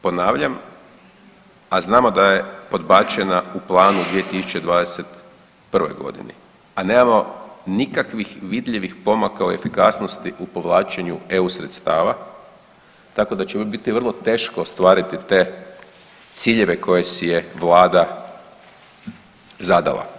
Ponavljam, a znamo da je podbačena u planu 2021. g., a nemamo nikakvih vidljivih pomaka u efikasnosti u povlačenju EU sredstava, tako da će ovo biti vrlo teško ostvariti te ciljeve koje si je Vlada zadala.